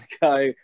go